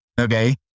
Okay